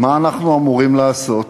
מה אנחנו אמורים לעשות?